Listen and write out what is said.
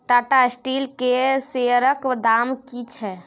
Tata Steel केर शेयरक दाम की छै?